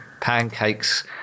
pancakes